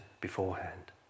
beforehand